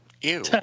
Ew